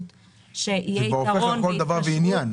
--- זה כבר הופך ל"כל דבר ועניין".